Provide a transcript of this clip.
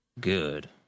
Good